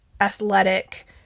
athletic